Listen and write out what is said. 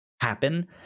happen